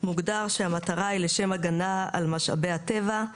מוגדר שהמטרה היא לשם הגנה על משאבי הטבע.